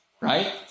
right